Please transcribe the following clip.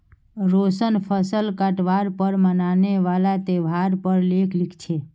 रोशन फसल काटवार पर मनाने वाला त्योहार पर लेख लिखे छे